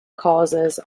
causes